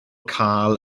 cael